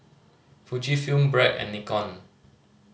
Fujifilm Bragg and Nikon